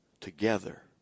together